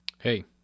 Hey